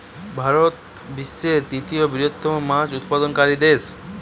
ভারত বিশ্বের তৃতীয় বৃহত্তম মাছ উৎপাদনকারী দেশ